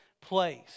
place